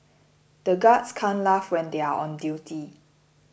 the guards can't laugh when they are on duty